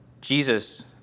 Jesus